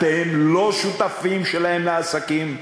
אתם לא שותפים שלהם לעסקים,